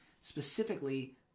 Specifically